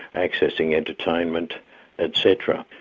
accessing entertainment etc.